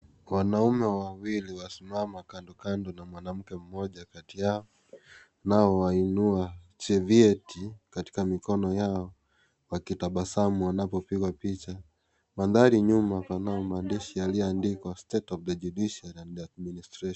Wanaume wawili wasimama kando kando na mwanamke mmoja Kati Yao na wainua sevieti katika mikono yao wakitabasamu wanapopigwa picha. Maandhari nyuma Yana maandishi yaliyoandikwa " State of the Judiciary and the adminstration ".